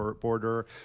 border